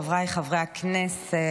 חבריי חברי הכנסת,